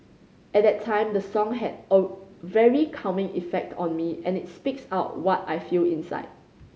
at that time the song had a very calming effect on me and it speaks out what I feel inside